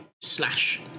slash